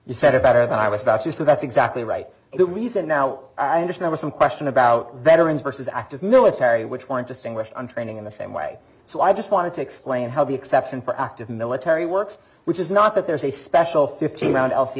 you said it better than i was about to say that's exactly right and the reason now i understand was some question about veterans versus active military which weren't distinguished on training in the same way so i just wanted to explain how the exception for active military works which is not that there is a special fifteen